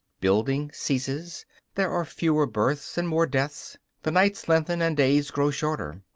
building ceases there are fewer births and more deaths the nights lengthen and days grow shorter.